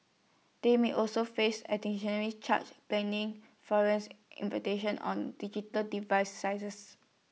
they may also face additionally charge pending forensic investigations on digital device